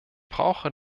brauche